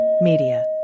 Media